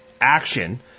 action